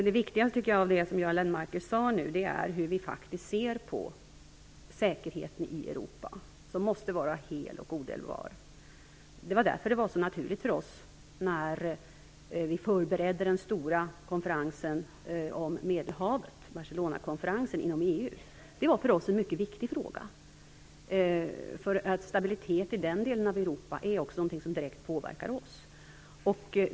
Det viktigaste av det som Göran Lennmarker sade är hur vi faktiskt ser på säkerheten i Europa, som måste vara hel och odelbar. Därför var detta en viktig fråga när vi inom EU förberedde den stora konferensen om Medelhavet, Barcelonakonferensen. Stabilitet i den delen av Europa är nämligen också någonting som direkt påverkar oss.